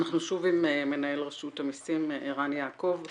אנחנו שוב עם מנהל רשות המסים ערן יעקב.